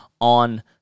on